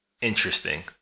interesting